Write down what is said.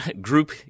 group